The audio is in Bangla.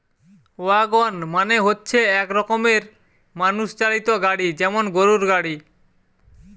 ওয়াগন মানে হচ্ছে এক রকমের মানুষ চালিত গাড়ি যেমন গরুর গাড়ি